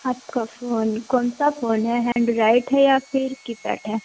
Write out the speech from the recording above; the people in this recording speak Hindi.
आपका फ़ोन कौन सा फ़ोन है एंड्राइड है या फिर कीपैट है